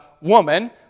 woman